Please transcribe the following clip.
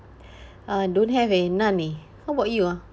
uh don't have eh none eh how about you ah